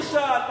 הוא שאל.